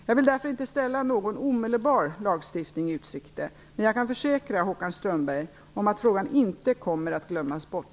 Jag vill därför inte ställa någon omedelbar lagstiftning i utsikt, men jag kan försäkra Håkan Strömberg om att frågan inte kommer att glömmas bort.